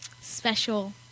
special